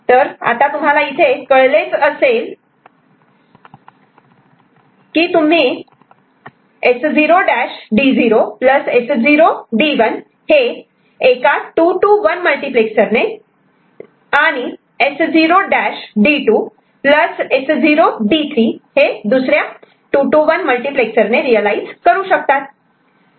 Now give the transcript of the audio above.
तर तुम्हाला इथे कळलेच असेल की तुम्ही S0'D0 S0D1 हे 2 to 1 मल्टिप्लेक्सर ने रियलायझ आणि S0'D2 S0D3 हे दुसऱ्या 2 to 1 मल्टिप्लेक्सर ने रियलायझ करू शकतात